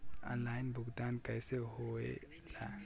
Online भुगतान कैसे होए ला?